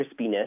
crispiness